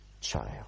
child